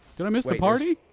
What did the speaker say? did i miss the party?